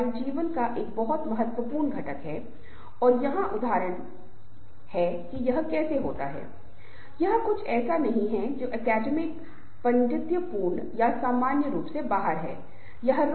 तो ये टीम और समूह से संबंधित कुछ बहुत ही विशिष्ट विशेषताएं हैं लेकिन अंतिम उद्देश्य एक ही हो सकता है कि क्या टीम या समूह में काम करने वाले व्यक्ति को प्राप्त करने के लिए कुछ लक्ष्य हैं लेकिन प्रक्रिया थोड़ी भिन्न हो सकती है